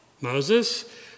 Moses